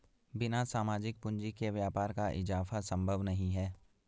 बिना सामाजिक पूंजी के व्यापार का इजाफा संभव नहीं है